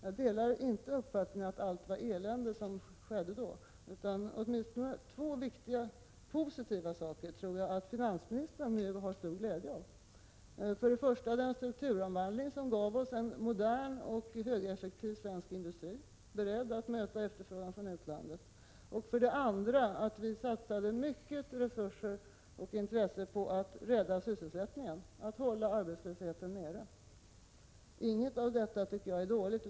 Jag delar inte uppfattningen att allt var elände som skedde då, utan åtminstone två viktiga och positiva saker tror jag att finansministern nu har stor glädje av. För det första är det den strukturomvandling som gav oss en modern och högeffektiv svensk industri, beredd att möta efterfrågan från utlandet. För det andra satsade vi mycket resurser och intresse på att rädda sysselsättningen, att hålla arbetslösheten nere. Inget av detta tycker jag är dåligt.